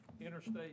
interstate